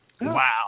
Wow